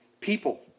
people